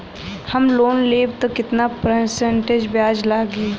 हम लोन लेब त कितना परसेंट ब्याज लागी?